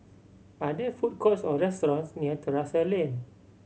are there food courts or restaurants near Terrasse Lane